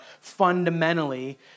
fundamentally